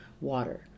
water